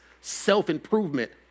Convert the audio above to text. self-improvement